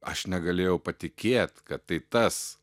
aš negalėjau patikėt kad tai tas